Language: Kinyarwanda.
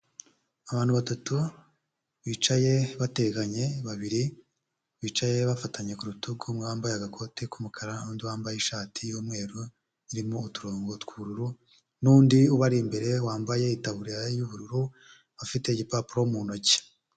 Abantu batatu bicaye bateganye, babiri bicaye bafatanye ku rutugu, umwe wambaye agakoti k'umukara n'undi wambaye ishati y'umweru irimo uturongo tw'ubururu n'undi ubari imbere wambaye itaburiya y'ubururu afite igipapuro mu ntoki.